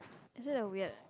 is it a weird